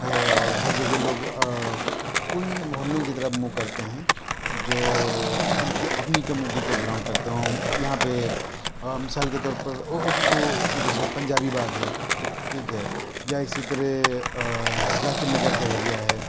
ہے اور ہر جگہ لوگ ان محلوں کی طرف منھ کرتے ہیں جو ان کی اپنی کمیونٹی کے بلانگ کرتے ہو یہاں پہ مثال کی طور پر او جیسے پنجابی باغ ہے ٹھیک ہے یا اسی طرح ذاکرنگر کا ایریا ہے